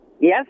Yes